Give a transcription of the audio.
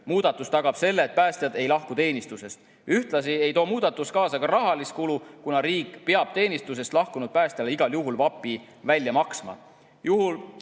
Muudatus tagab selle, et päästjad ei lahku teenistusest. Ühtlasi ei too muudatus kaasa ka rahalist kulu, kuna riik peab teenistusest lahkunud päästjale igal juhul VAP‑i välja maksma.